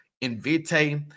Invite